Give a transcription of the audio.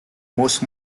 most